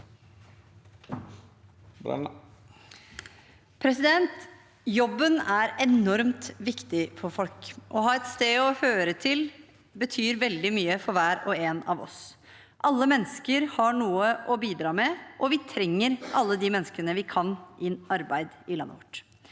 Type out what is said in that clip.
Jobben er enormt viktig for folk. Å ha et sted å høre til betyr veldig mye for hver og en av oss. Alle mennesker har noe å bidra med, og vi trenger alle de menneskene vi kan ha i arbeid, i landet vårt.